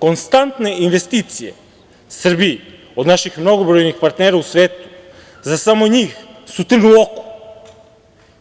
Konstantne investicije Srbiji od naših mnogobrojnih partnera u svetu, za samo njih su trn u oku,